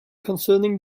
concerning